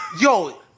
Yo